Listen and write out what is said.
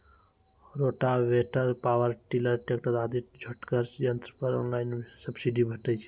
Rotavator, power tiller, tractor आदि छोटगर यंत्र पर ऑनलाइन सब्सिडी भेटैत छै?